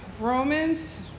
Romans